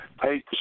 Hey